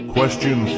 Question